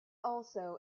also